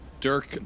Dirk